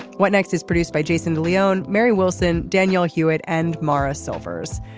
what next is produced by jason leone. mary wilson danielle hewett and mara silvers.